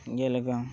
ᱡᱮᱞᱮᱠᱟ